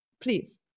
please